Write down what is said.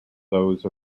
those